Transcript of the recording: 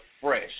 fresh